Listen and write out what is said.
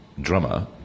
drummer